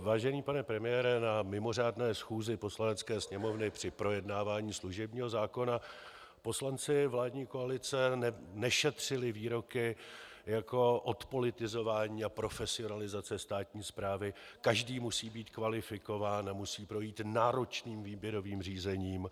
Vážený pane premiére, na mimořádné schůzi Poslanecké sněmovny při projednávání služebního zákona poslanci vládní koalice nešetřili výroky jako odpolitizování a profesionalizace státní správy, každý musí být kvalifikován a musí projít náročným výběrovým řízením.